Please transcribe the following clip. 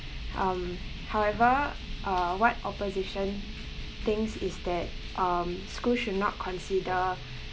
um however uh what opposition thinks is that um schools should not consider